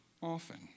often